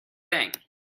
thing